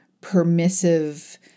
permissive